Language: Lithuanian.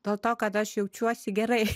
dėl to kad aš jaučiuosi gerai